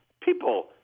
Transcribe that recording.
people